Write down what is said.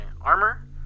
armor